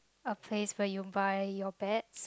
a place where you buy your bets